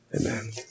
Amen